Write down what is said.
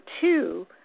two